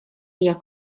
hija